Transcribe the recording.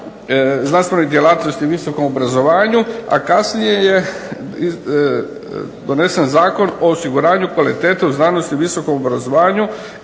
znanstvenoj djelatnosti i visokom obrazovanju, a kasnije je donesen Zakon o osiguranju kvalitete u znanosti i visokom obrazovanju